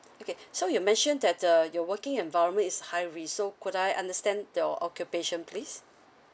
okay so you mentioned that uh your working environment is high risk so could I understand your occupation please